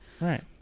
Right